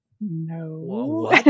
no